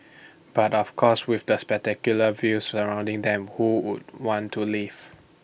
but of course with the spectacular views surrounding them who would want to leave